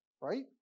right